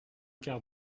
quart